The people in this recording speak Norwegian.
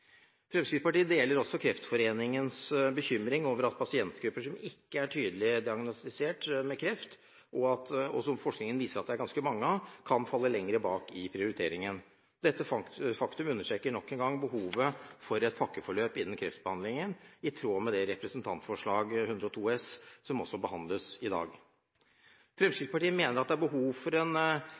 Fremskrittspartiet deler Kreftforeningens bekymring over at pasientgrupper som ikke er tydelig diagnostisert med kreft – og som forskningen viser at det er ganske mange av – kan falle lenger bak i prioriteringen. Dette faktum understreker nok en gang behovet for et pakkeforløp innen kreftbehandling i tråd med Dokument 8:102 S, som også behandles i dag. Fremskrittspartiet mener det er behov for en